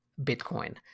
bitcoin